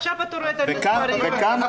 ועכשיו אתה רואה את המספרים האלה.